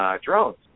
drones